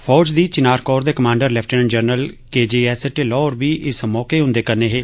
फौज दी चिनार कोर दे commander lieutenant general K J S Dhillon होर बी इस मौके उंदे कन्नै हे